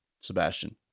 Sebastian